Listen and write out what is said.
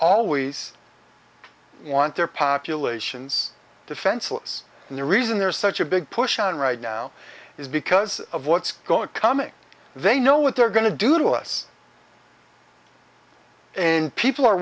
always i want their populations defenseless and the reason there is such a big push on right now is because of what's going to coming they know what they're going to do to us and people are